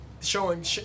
showing